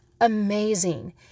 amazing